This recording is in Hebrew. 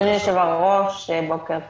אדוני היושב-ראש, בוקר טוב.